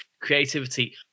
creativity